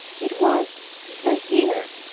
it was the year!